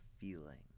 feeling